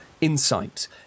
insight